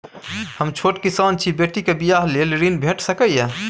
हम छोट किसान छी, बेटी के बियाह लेल ऋण भेट सकै ये?